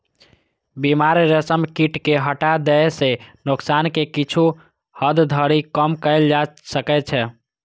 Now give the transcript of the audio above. बीमार रेशम कीट कें हटा दै सं नोकसान कें किछु हद धरि कम कैल जा सकै छै